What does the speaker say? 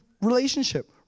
relationship